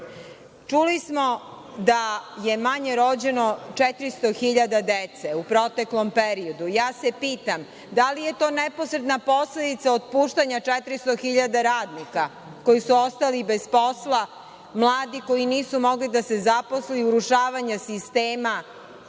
smo da je manje rođeno 400.000 dece u proteklom periodu. Ja se pitam - da li je to neposredna posledica otpuštanja 400.000 radnika koji su ostali bez posla, mladih koji nisu mogli da se zaposle, urušavanje sistema